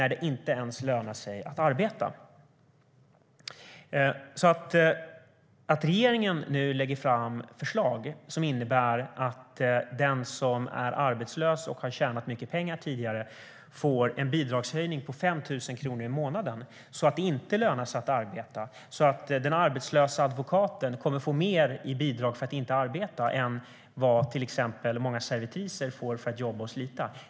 Regeringen lägger nu fram förslag som innebär att den som är arbetslös och har tjänat mycket pengar tidigare får en bidragshöjning på 5 000 kronor i månaden. Då lönar det sig inte att arbeta. Den arbetslösa advokaten kommer att få mer i bidrag för att inte arbeta än vad till exempel många servitriser får för att jobba och slita.